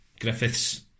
Griffiths